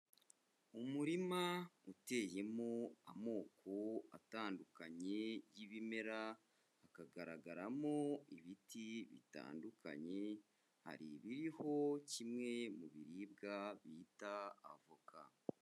Umurima uteyemo amoko atandukanye y'ibimera, hakagaragaramo ibiti bitandukanye, hari ibiriho kimwe mu biribwa bita avoka.